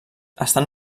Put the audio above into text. estan